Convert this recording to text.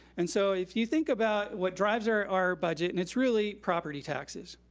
and so if you think about what drives our our budget, and it's really property taxes,